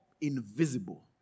invisible